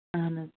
اَہَن حظ